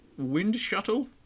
Windshuttle